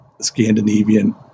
Scandinavian